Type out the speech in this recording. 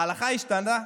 ההלכה השתנתה?